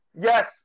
Yes